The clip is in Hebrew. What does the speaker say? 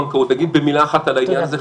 אגיד במילה אחת על העניין הזה,